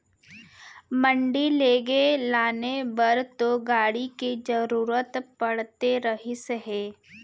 मंडी लेगे लाने बर तो गाड़ी के जरुरत पड़ते रहिस हे